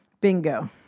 Bingo